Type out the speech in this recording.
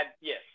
Yes